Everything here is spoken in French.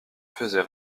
faisais